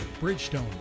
Bridgestone